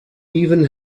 even